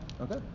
okay